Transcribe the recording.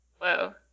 Whoa